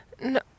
No